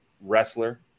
wrestler